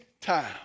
time